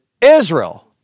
Israel